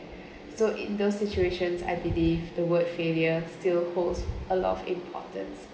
so in those situations I believe the word failure still holds a lot of importance